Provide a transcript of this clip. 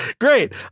great